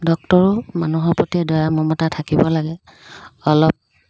ডক্তৰৰো মানুহৰ প্ৰতি দয়া মমতা থাকিব লাগে অলপ